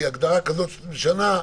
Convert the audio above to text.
כי הגדרה כזאת שאת משנה,